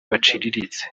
baciriritse